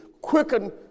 quicken